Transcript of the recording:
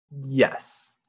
Yes